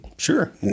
Sure